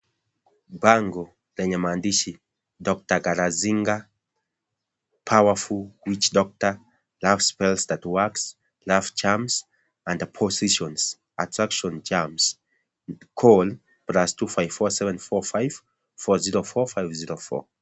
Bango lenye maandishi (cs)DR Galazinga, Powerful witch doctor, Love spells that works, love charms and positions, Attraction charms, call plus two five four seven four five four zero four five zero four(cs).